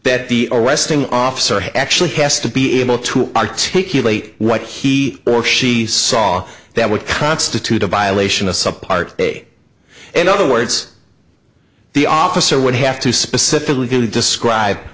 that the arresting officer actually has to be able to articulate what he or she saw that would constitute a violation of some part may in other words the officer would have to specifically going to describe